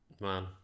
Man